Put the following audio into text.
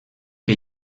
que